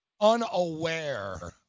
unaware